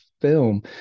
film